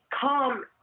come